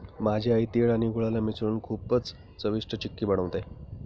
माझी आई तिळ आणि गुळाला मिसळून खूपच चविष्ट चिक्की बनवते